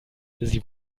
sie